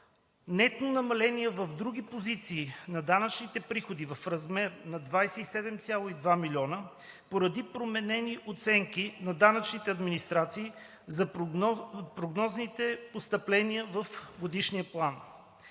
нетно намаление в други позиции на данъчните приходи в размер на 27,2 млн. лв. поради променени оценки на данъчните администрации за прогнозните постъпления в Годишния план.